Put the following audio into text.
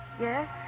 Yes